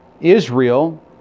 Israel